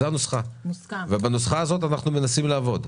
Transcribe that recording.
זו הנוסחה, ובנוסחה הזו אנחנו מנסים לעבוד.